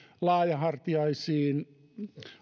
laajahartiaisiin